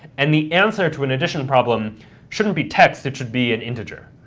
and the answer to an additional problem shouldn't be text, it should be an integer.